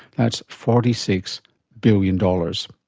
that's forty six billion dollars.